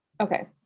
Okay